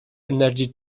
energy